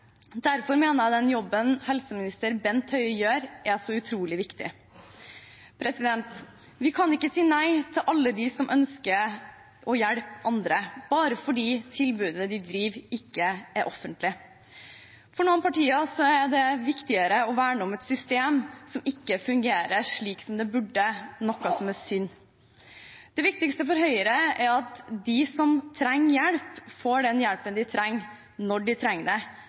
Derfor mener jeg at den jobben helseminister Bent Høie gjør, er så utrolig viktig. Vi kan ikke si nei til alle dem som ønsker å hjelpe andre, bare fordi tilbudet de driver, ikke er offentlig. For noen partier er det viktigere å verne om et system som ikke fungerer slik som det burde – noe som er synd. Det viktigste for Høyre er at de som trenger hjelp, får den hjelpen de trenger, når de trenger